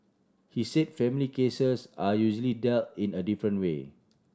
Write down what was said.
he said family cases are usually dealt in a different way